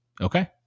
Okay